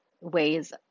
ways